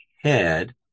head